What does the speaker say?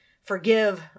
forgive